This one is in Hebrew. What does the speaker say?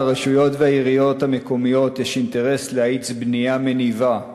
לרשויות המקומיות ולעיריות יש אינטרס להניב בנייה מניבה,